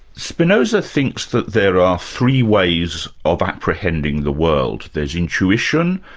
spinoza thinks that there are three ways of apprehending the world. there's intuition,